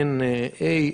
הן A,